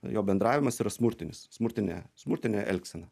jo bendravimas yra smurtinis smurtinė smurtinė elgsena